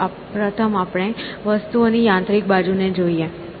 ચાલો પ્રથમ આપણે વસ્તુઓની યાંત્રિક બાજુને જોઈએ